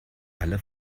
alle